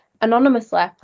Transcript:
anonymously